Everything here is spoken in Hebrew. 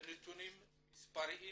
מספריים